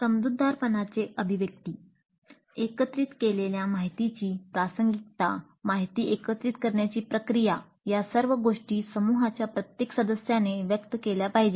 समजूतदारपणाचे अभिव्यक्ती एकत्रित केलेल्या माहितीची प्रासंगिकता माहिती एकत्रित करण्याची प्रक्रिया या सर्व गोष्टी समूहाच्या प्रत्येक सदस्याने व्यक्त केल्या पाहिजेत